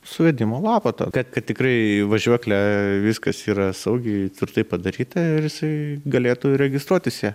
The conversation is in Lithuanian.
suvedimo lapą tą kad kad tikrai važiuoklė viskas yra saugiai tvirtai padaryta ir jisai galėtų registruotis ją